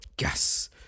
yes